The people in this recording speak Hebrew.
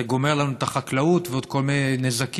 זה גומר לנו את החקלאות ועוד כל מיני נזקים,